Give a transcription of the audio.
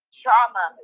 trauma